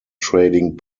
trading